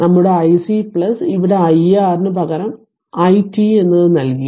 നമ്മുടെ iC ഇവിടെ iR ന് പകരം i t എന്നത് നൽകി